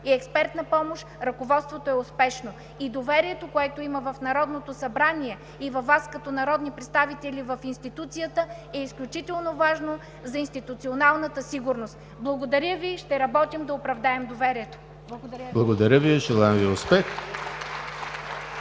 и експертна помощ ръководството е успешно. Доверието, което има в Народното събрание и във Вас, като народни представители в институцията, е изключително важно за институционалната сигурност. Благодаря Ви, ще работим да оправдаем доверието! Благодаря Ви!